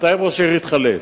בינתיים ראש העיר התחלף,